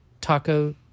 taco